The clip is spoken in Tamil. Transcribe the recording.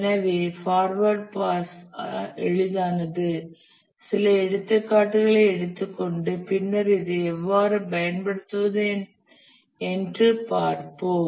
எனவே ஃபார்வர்ட் பாஸ் எளிதானது சில எடுத்துக்காட்டுகளை எடுத்துக்கொண்டு பின்னர் இதை எவ்வாறு பயன்படுத்துவது என்று பார்ப்போம்